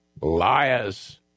liars